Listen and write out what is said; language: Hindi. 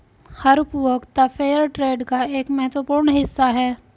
हर उपभोक्ता फेयरट्रेड का एक महत्वपूर्ण हिस्सा हैं